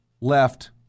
left